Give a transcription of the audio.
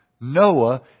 Noah